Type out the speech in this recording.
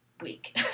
week